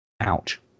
Ouch